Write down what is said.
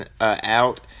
Out